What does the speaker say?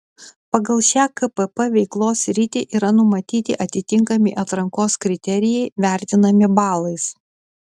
pagal šią kpp veiklos sritį yra numatyti atitinkami atrankos kriterijai vertinami balais